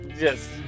yes